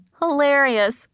Hilarious